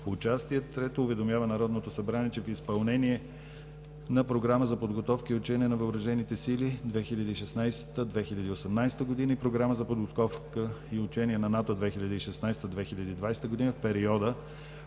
участие. Трето, уведомява Народното събрание, че в изпълнение на Програма за подготовка и учение на Въоръжените сили 2016 – 2018 г. и Програма за подготовка и учение на НАТО 2016 – 2020 г. в периода